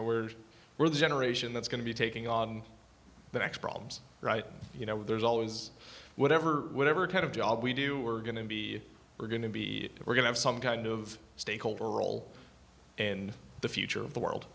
know we're we're the generation that's going to be taking on the next problems right you know there's always whatever whatever kind of job we do we're going to be we're going to be we're going to have some kind of stakeholder role in the future of the world